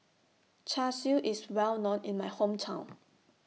Char Siu IS Well known in My Hometown